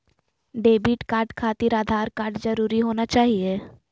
Debit card खातिर Aadhaar card जरूरी होना चाहिए?